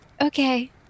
okay